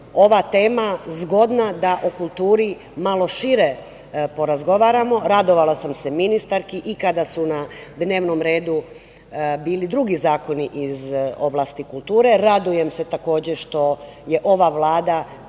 ova tema zgodna da o kulturi malo šire porazgovaramo, radovala sam se ministarki i kada su na dnevnom redu bili drugi zakoni iz oblasti kulture, radujem se takođe što je ova Vlada,